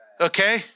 Okay